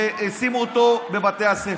ושימו אותו בבתי הספר.